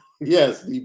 Yes